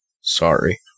Sorry